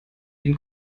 ihn